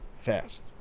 Fast